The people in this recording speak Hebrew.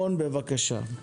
רון, בבקשה.